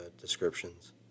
descriptions